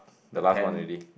the last one already